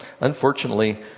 unfortunately